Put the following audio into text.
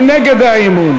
מי נגד האי-אמון?